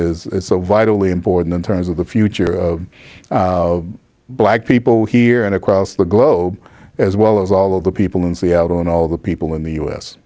so vitally important in terms of the future of black people here and across the globe as well as all of the people in seattle and all the people in the u